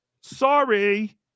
sorry